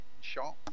shot